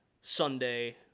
Sunday